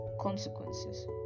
consequences